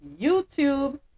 YouTube